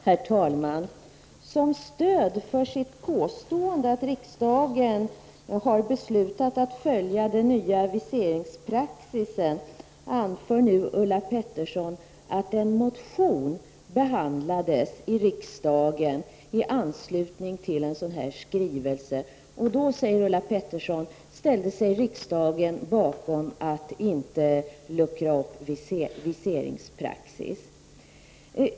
Herr talman! Som stöd för sitt påstående att riksdagen har beslutat att följa den nya viseringspraxisen anför nu Ulla Pettersson att en motion behandlats i riksdagen i anslutning till en sådan här skrivelse. Då, säger Ulla Pettersson, ställde sig riksdagen bakom uttalandet att inte luckra upp viseringspraxisen.